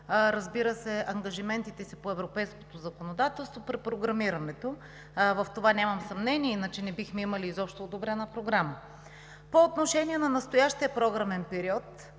разбира се, ангажиментите си по европейското законодателството при програмирането – в това нямам съмнение, иначе не бихме имали изобщо одобрена програма. По отношение на настоящия програмен период.